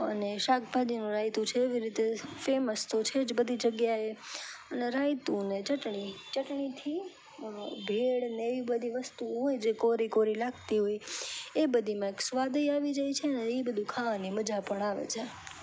અને શાકભાજીનું રાયતું છે એવી રીતે ફેમસ તો છે જ બધી જગ્યાએ અને રાયતુ ને ચટણી ચટણીથી ભેળને એવી બધી વસ્તુઓ હોય જે કોરી કોરી લાગતી હોય એ બધીમાં સ્વાદ ય આવી જાય છે એ બધું ખાવા મજા પણ આવે